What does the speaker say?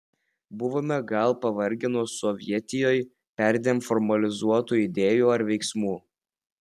buvome gal pavargę nuo sovietijoj perdėm formalizuotų idėjų ar veiksmų